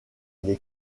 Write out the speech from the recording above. était